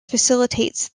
facilitates